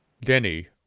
Denny